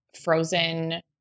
frozen